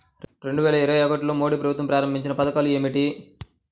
రెండు వేల ఇరవై ఒకటిలో మోడీ ప్రభుత్వం ప్రారంభించిన పథకాలు ఏమిటీ?